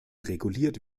reguliert